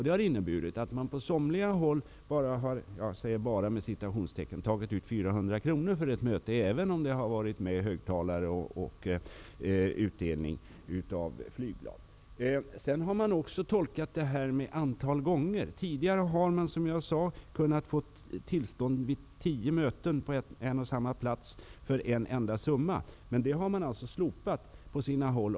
Det har inneburit att man på somliga håll ''bara'' har tagit ut 400 kronor i avgift för ett möte -- även om det har varit med högtalare och utdelning av flygblad. Vidare har det gjorts en tolkning av antalet tillfällen. Tidigare har det gått att få tillstånd för tio möten på en och samma plats för en enda summa. Det har nu slopats på vissa håll.